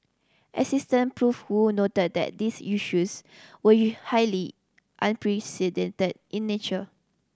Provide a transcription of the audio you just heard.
Assistant Prof Woo noted that these issues were highly unprecedented in nature